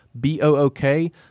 B-O-O-K